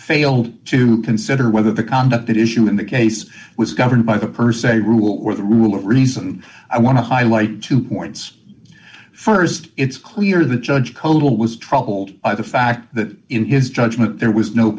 failed to consider whether the conduct issue in the case was governed by the per se rule or the rule of reason i want to highlight two points st it's clear that judge total was troubled by the fact that in his judgment there was no